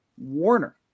Warner